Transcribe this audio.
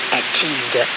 achieved